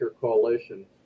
coalition